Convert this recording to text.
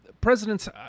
Presidents